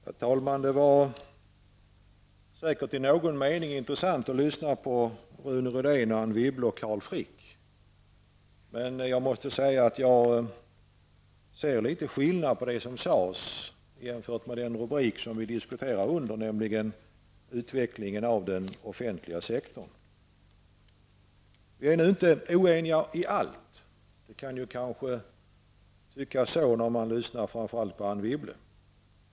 Herr talman! Det var i någon mening intressant att lyssna på Rune Rydén, Anne Wibble och Carl Frick. Men jag måste säga att jag ser litet skillnad mellan det som sades och den rubrik som diskussionen förs under, nämligen utveckling av offentlig sektor. Vi är inte oeniga i allt. Det kan tyckas så, framför allt när man lyssnar på Anne Wibble.